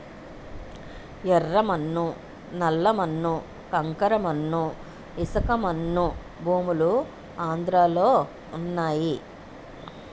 యెర్ర మన్ను నల్ల మన్ను కంకర మన్ను ఇసకమన్ను భూములు ఆంధ్రలో వున్నయి